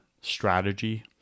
strategy